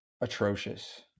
atrocious